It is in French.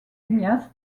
ignace